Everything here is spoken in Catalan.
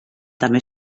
també